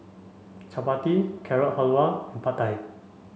Chapati Carrot Halwa and Pad Thai